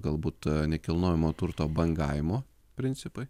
galbūt nekilnojamo turto bangavimo principai